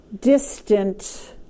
distant